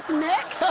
nick!